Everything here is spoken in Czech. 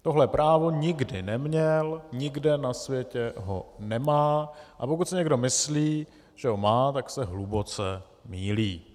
Tohle právo nikdy neměl, nikde na světě ho nemá, a pokud si někdo myslí, že ho má, tak se hluboce mýlí.